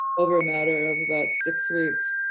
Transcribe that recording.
over a matter of about six weeks,